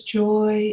joy